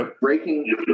breaking